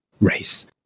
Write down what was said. race